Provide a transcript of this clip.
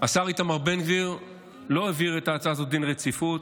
השר איתמר בן גביר לא העביר את ההצעה הזאת דין רציפות.